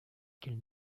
qu’elle